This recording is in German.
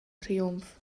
triumph